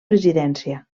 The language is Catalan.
presidència